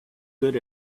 good